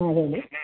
ಹಾಂ ಹೇಳಿ